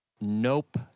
Nope